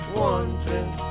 wondering